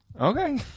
Okay